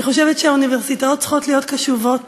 אני חושבת שהאוניברסיטאות צריכות להיות קשובות